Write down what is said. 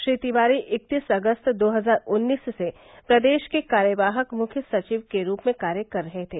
श्री तिवारी इकतीस अगस्त दो हजार उन्नीस से प्रदेश के कार्यवाहक मुख्य सविव के रूप में कार्य कर रहे थे